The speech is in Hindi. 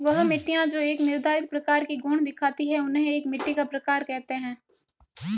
वह मिट्टियाँ जो एक निर्धारित प्रकार के गुण दिखाती है उन्हें एक मिट्टी का प्रकार कहते हैं